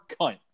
cunt